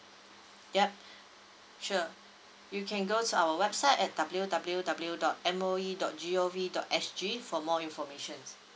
yeap sure you can go to our website at W_W_W dot M_O_E dot G_O_V dot S_G for more information